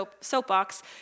soapbox